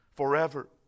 forever